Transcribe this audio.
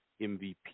MVP